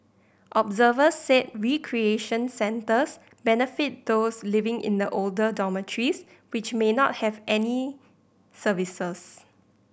observers said recreation centres benefit those living in the older dormitories which may not have any services